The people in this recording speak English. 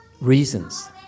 reasons